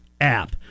app